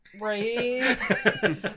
right